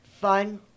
fun